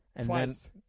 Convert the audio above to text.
Twice